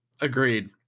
Agreed